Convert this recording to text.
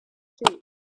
sheep